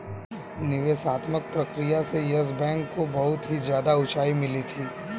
निवेशात्मक प्रक्रिया से येस बैंक को बहुत ही ज्यादा उंचाई मिली थी